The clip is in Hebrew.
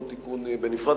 כל תיקון בנפרד,